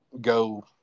go